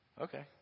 Okay